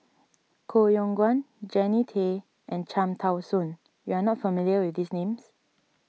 Koh Yong Guan Jannie Tay and Cham Tao Soon you are not familiar with these names